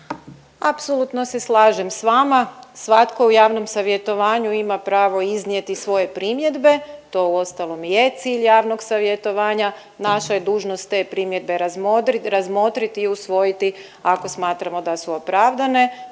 Apsolutno se slažem sa vama. Svatko u javnom savjetovanju ima pravo iznijeti svoje primjedbe, to uostalom i je cilj javnog savjetovanja. Naša je dužnost te primjedbe razmotriti i usvojiti ako smatramo da su opravdane.